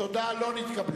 משרד האוצר, לא נתקבלו.